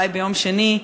אולי ביום שני,